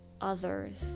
others